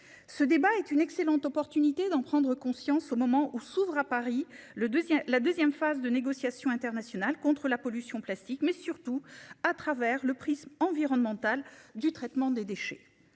Ce débat est une excellente opportunité d'en prendre conscience, au moment où s'ouvre à Paris le 2ème la 2ème phase de négociations internationales contre la pollution plastique mais surtout à travers le prisme environnementale du traitement des déchets.